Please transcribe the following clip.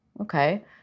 okay